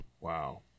Wow